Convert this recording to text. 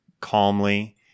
calmly